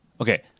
Okay